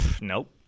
Nope